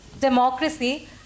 democracy